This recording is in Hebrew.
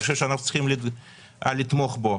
אני חושב שאנחנו צריכים לתמוך בו.